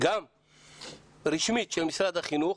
של משרד החינוך,